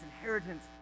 inheritance